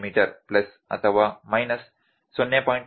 me plus ಅಥವಾ minus 0